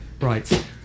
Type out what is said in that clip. Right